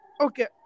okay